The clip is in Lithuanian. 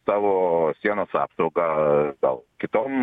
savo sienos apsaugą gal kitom